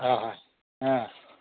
ꯑꯥ ꯍꯣꯏ ꯑ